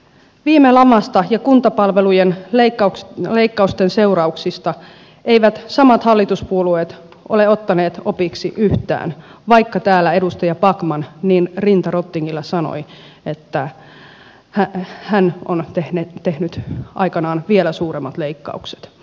viime lamasta ja kuntapalvelujen leikkausten seurauksista eivät samat hallituspuolueet ole ottaneet opiksi yhtään täällä edustaja backman niin rinta rottingilla sanoi että hän on tehnyt aikanaan vielä suuremmat leikkaukset